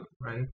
right